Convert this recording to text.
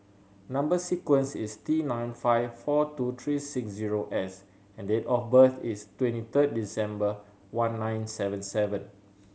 number sequence is T nine five four two three six zero S and date of birth is twenty third December one nine seven seven